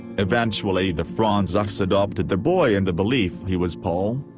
eventually the fronczaks adopted the boy in the belief he was paul.